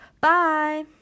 Bye